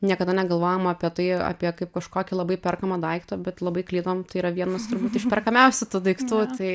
niekada negalvojom apie tai apie kaip kažkokį labai perkamą daiktą bet labai klydom tai yra vienas turbūt iš perkamiausių daiktų tai